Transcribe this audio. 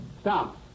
Stop